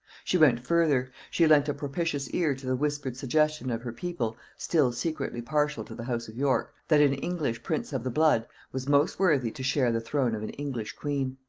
she went further she lent a propitious ear to the whispered suggestion of her people, still secretly partial to the house of york, that an english prince of the blood was most worthy to share the throne of an english queen.